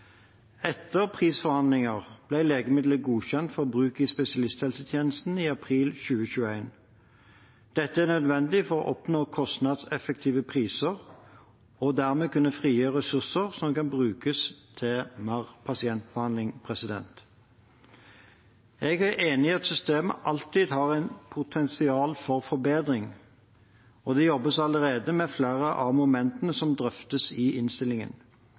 Etter prisforhandlinger ble legemidlet godkjent for bruk i spesialisthelsetjenesten i april 2021. Dette er nødvendig for å oppnå kostnadseffektive priser og dermed kunne frigjøre ressurser som kan brukes til mer pasientbehandling. Jeg er enig i at systemet alltid har et potensial for forbedring, og det jobbes allerede med flere av momentene som drøftes i innstillingen.